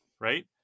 Right